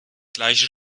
gleiche